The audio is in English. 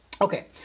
Okay